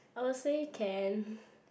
I will say can